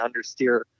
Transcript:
understeer